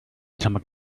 atomic